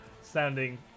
sounding